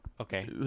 Okay